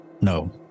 No